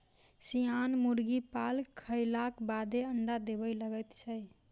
सियान मुर्गी पाल खयलाक बादे अंडा देबय लगैत छै